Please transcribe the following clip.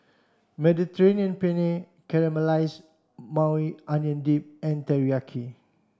Mediterranean Penne Caramelized Maui Onion Dip and Teriyaki